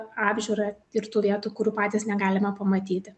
apžiūra ir tų vietų kurių patys negalime pamatyti